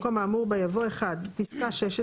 במקום האמור בה יבוא: "(1) בפסקה (16),